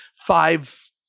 five